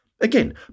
again